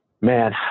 Man